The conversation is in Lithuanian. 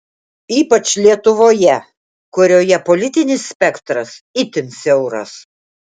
ypač lietuvoje kurioje politinis spektras itin siauras